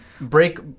break